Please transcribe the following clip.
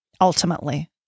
Ultimately